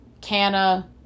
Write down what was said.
Canna